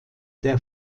der